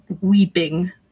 weeping